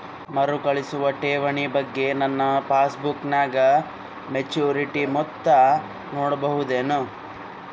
ಮರುಕಳಿಸುವ ಠೇವಣಿ ಬಗ್ಗೆ ನನ್ನ ಪಾಸ್ಬುಕ್ ನಾಗ ಮೆಚ್ಯೂರಿಟಿ ಮೊತ್ತ ನೋಡಬಹುದೆನು?